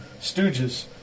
Stooges